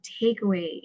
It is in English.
takeaway